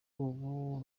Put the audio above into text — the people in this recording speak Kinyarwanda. ubu